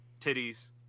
titties